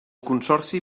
consorci